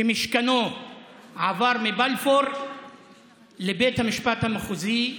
שמשכנו עבר מבלפור לבית המשפט המחוזי,